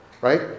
Right